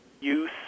use